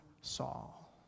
Saul